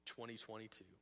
2022